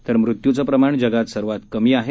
तर मृत्यूचं प्रमाण जगात सर्वात कमी आहे